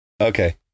Okay